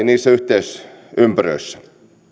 niissä ympyröissä